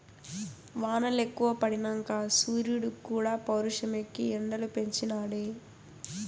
వానలెక్కువ పడినంక సూరీడుక్కూడా పౌరుషమెక్కి ఎండలు పెంచి నాడే